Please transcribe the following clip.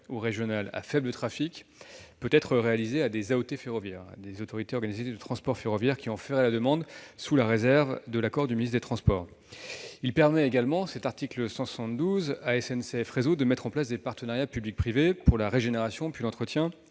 ou régionales à faible trafic peut être réalisé vers des autorités organisatrices du transport ferroviaire qui en feraient la demande, sous réserve de l'accord du ministre des transports. Ensuite, il permet à SNCF Réseau de mettre en place des partenariats publics-privés pour la régénération, puis l'entretien